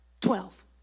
Twelve